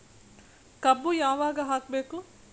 ಕಬ್ಬು ಯಾವಾಗ ಹಾಕಬೇಕು?